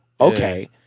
Okay